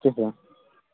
okay bro